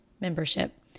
membership